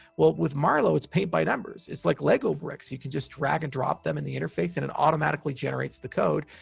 well, with marlowe, it's paint by numbers. it's like lego bricks. you can just drag and drop them in the interface, and it and automatically generates the code,